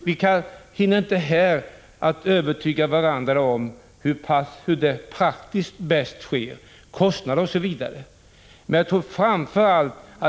Vi hinner inte här i debatten övertyga varandra om hur detta praktiskt skall ske på bästa sätt, vilka kostnader det blir fråga om, osv.